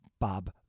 Bob